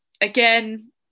again